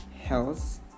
health